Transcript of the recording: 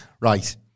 Right